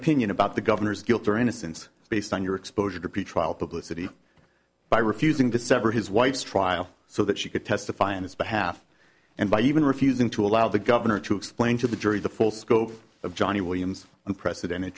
opinion about the governor's guilt or innocence based on your exposure to pretrial publicity by refusing to sever his wife's trial so that she could testify on his behalf and by even refusing to allow the governor to explain to the jury the full scope of johnny williams unprecedented